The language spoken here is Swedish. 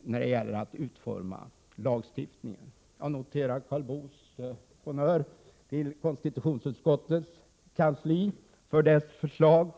när det gäller att utforma lagstiftningen. Jag noterar Karl Boos honnör till konstitutionsutskottets kansli för dess förslag.